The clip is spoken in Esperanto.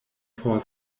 por